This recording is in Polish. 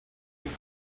nikt